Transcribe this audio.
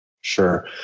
Sure